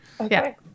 Okay